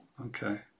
Okay